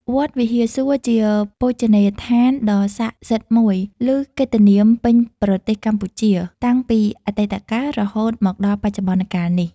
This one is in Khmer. វត្តវិហារសួរ ជាបូជនីយដ្ឋានដ៏សក្តិសិទ្ធិមួយ ឮកិត្តិនាមពេញប្រទេសកម្ពុជាតាំងពីអតីតកាល រហូតមកដល់បច្ចុប្បន្ន កាលនេះ។